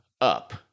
up